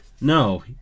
No